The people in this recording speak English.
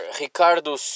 Ricardo